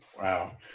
Wow